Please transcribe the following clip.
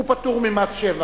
הוא פטור ממס שבח.